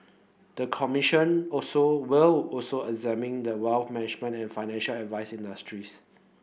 the commission also will also examine the wealth management and financial advice industries